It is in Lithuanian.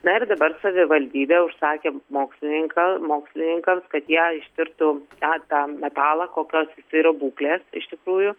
na ir dabar savivaldybė užsakė mokslininką mokslininkams kad jie ištirtų tą tą metalą kokios jis yra būklės iš tikrųjų